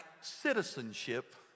citizenship